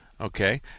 Okay